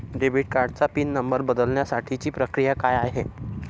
Debit कार्डचा pin number बदलण्यासाठीची प्रक्रिया काय आहे?